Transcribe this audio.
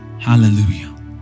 Hallelujah